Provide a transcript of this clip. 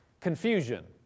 confusion